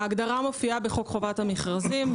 ההגדרה מופיעה בחוק חובת המכרזים.